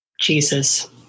Jesus